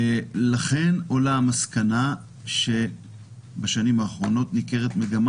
לכן עולה המסקנה שבשנים האחרונות ניכרת מגמה